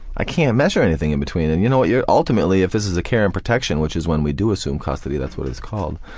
i can't measure anything in between and you know yeah ultimately if this is a care and protection which is when we do assume custody, that's what it's called,